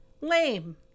Lame